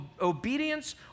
obedience